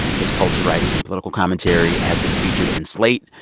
his culture writing and political commentary has been featured in slate,